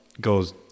goes